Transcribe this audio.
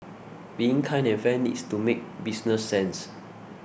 being kind and fair needs to make business sense